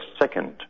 second